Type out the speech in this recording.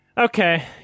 Okay